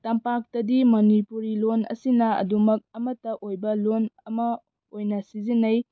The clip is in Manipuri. ꯇꯝꯄꯥꯛꯇꯗꯤ ꯃꯅꯤꯄꯨꯔꯤ ꯂꯣꯜ ꯑꯁꯤꯅ ꯑꯗꯨꯃꯛ ꯑꯃꯠꯇ ꯑꯣꯏꯕ ꯂꯣꯜ ꯑꯃ ꯑꯣꯏꯅ ꯁꯤꯖꯤꯟꯅꯩ